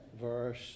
verse